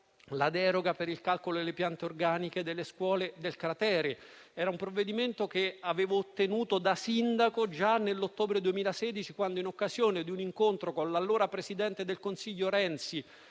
la deroga per il calcolo delle piante organiche delle scuole del cratere. Era un provvedimento che avevo ottenuto da sindaco già nell'ottobre 2016, quando in occasione di un incontro con l'allora presidente del Consiglio Renzi